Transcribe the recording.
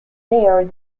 there